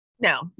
No